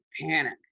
panic